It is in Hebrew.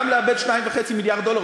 גם לאבד 2.5 מיליארד דולר,